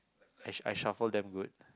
I shuf~ I shuffle damn good